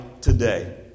today